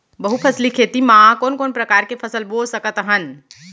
बहुफसली खेती मा कोन कोन प्रकार के फसल बो सकत हन?